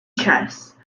chess